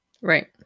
Right